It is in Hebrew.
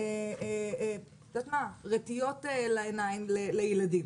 אתה יודע מה, רטיות לעיניים לילדים.